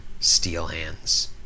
Steelhand's